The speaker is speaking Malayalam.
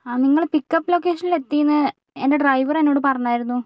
ആ നിങ്ങൾ പിക്കപ്പ് ലൊക്കേഷനിലെത്തിയെന്ന് എൻ്റെ ഡ്രൈവർ എന്നോട് പറഞ്ഞിരുന്നു